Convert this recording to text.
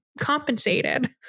compensated